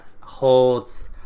holds